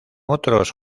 otros